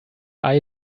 eye